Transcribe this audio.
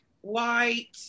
white